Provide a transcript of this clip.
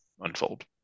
unfold